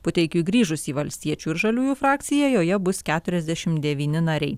puteikiui grįžus į valstiečių ir žaliųjų frakciją joje bus keturiasdešim devyni nariai